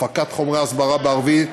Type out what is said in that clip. הפקת חומרי הסברה בערבית,